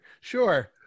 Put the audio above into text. Sure